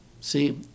See